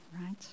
right